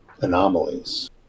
anomalies